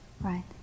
right